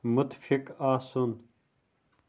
مُتفِق آسُن